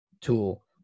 tool